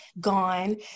Gone